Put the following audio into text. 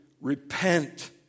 repent